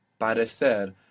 parecer